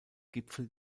gipfel